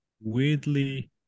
weirdly